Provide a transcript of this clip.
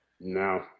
No